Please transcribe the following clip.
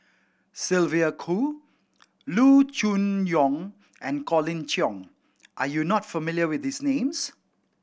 Sylvia Kho Loo Choon Yong and Colin Cheong are you not familiar with these names